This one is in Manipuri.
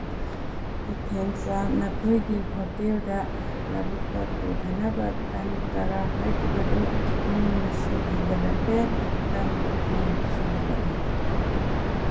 ꯏꯊꯦꯝꯆꯥ ꯅꯈꯣꯏꯒꯤ ꯍꯣꯇꯦꯜꯗ ꯂꯧꯕꯨꯛꯇ ꯄꯨꯊꯅꯕ ꯇꯟ ꯇꯔꯥ ꯍꯥꯏꯈꯤꯕꯗꯨ ꯃꯤ ꯃꯁꯤꯡ ꯍꯦꯟꯒꯠꯂꯛꯂꯦ ꯇꯟ ꯀꯨꯟ ꯁꯨꯍꯜꯂꯛꯑꯣ